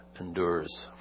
endures